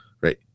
right